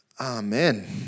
Amen